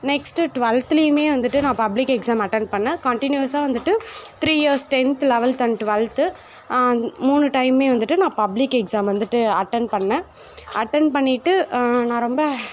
next டுவெல்த்துலியுமே வந்துட்டு நான் பப்ளிக் எக்ஸாம் அட்டன் பண்ணேன் கண்ட்டிநியூஸாக வந்துட்டு three years tenth eleventh and twelfth மூணு டைமுமே வந்துட்டு நான் பப்ளிக் எக்ஸாம் வந்துட்டு அட்டென் பண்ணேன் அட்டென் பண்ணிட்டு நான் ரொம்ப